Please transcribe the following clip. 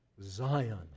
Zion